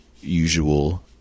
usual